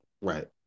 right